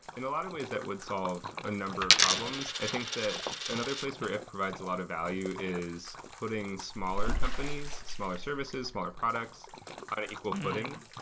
in a lot of ways that would solve a number of problems i think that another place where it provides a lot of value is putting smaller companies, smaller services, smaller products on an equal footing.